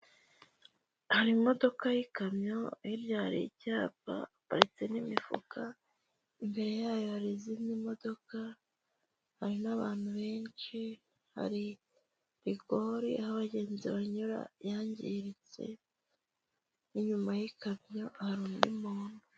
Hari imodoka y'ikamyo, hirya hari icyapa, haparitse n'imifuka, imbere yayo hari n'izindi modoka, hari n'abantu benshi, hari rigori, aho abagenzi banyura yangiritse, inyuma y'ikamyo hari undi muhungu.